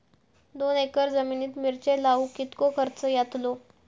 दोन एकर जमिनीत मिरचे लाऊक कितको खर्च यातलो?